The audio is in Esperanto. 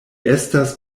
estas